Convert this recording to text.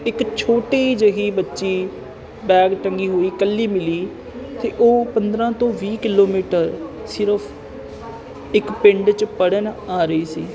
ਇੱਕ ਛੋਟੀ ਜਿਹੀ ਬੱਚੀ ਬੈਗ ਟੰਗੀ ਹੋਈ ਇਕੱਲੀ ਮਿਲੀ ਅਤੇ ਉਹ ਪੰਦਰਾਂ ਤੋਂ ਵੀਹ ਕਿਲੋਮੀਟਰ ਸਿਰਫ਼ ਇੱਕ ਪਿੰਡ 'ਚ ਪੜ੍ਹਨ ਆ ਰਹੀ ਸੀ